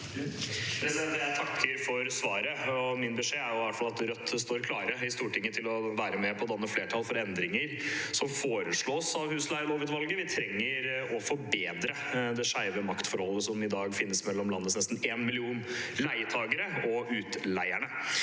Jeg takker for svaret. Min beskjed er i hvert fall at Rødt står klar i Stortinget til å være med på å danne flertall for endringer som foreslås av husleielovutvalget. Vi trenger å forbedre det skeive maktforholdet som i dag finnes mellom landets nesten én million leietakere og utleierne.